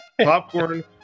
popcorn